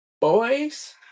boys